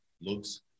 looks